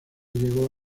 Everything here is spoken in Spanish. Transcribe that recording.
llegó